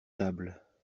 tables